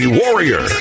warrior